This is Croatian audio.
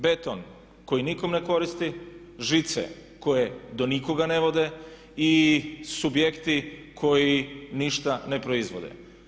Beton kojem nikom ne koristi, žice koje do nikoga ne vode i subjekti koji ništa ne proizvode.